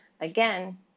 Again